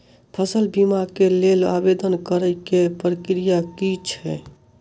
फसल बीमा केँ लेल आवेदन करै केँ प्रक्रिया की छै?